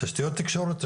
תשתיות תקשורת,